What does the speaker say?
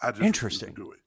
interesting